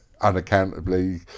unaccountably